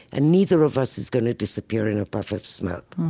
and neither of us is going to disappear in a puff of smoke.